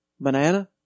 Banana